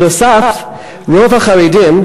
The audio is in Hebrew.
בנוסף, רוב החרדים,